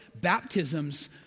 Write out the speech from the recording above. baptisms